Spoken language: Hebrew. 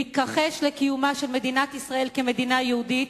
מתכחש לקיומה של מדינת ישראל כמדינה יהודית,